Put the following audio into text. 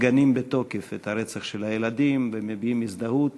מגנים בתוקף את הרצח של הילדים ומביעים הזדהות,